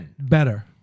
better